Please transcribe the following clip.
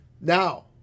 Now